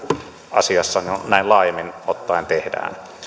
asiassa näin laajemmin ottaen tehdään